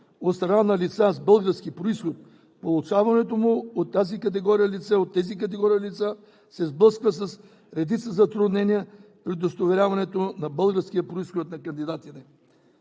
страна на лица с български произход, получаването от тази категория лица се сблъскват с редица затруднения при удостоверяването на българския произход на кандидатите.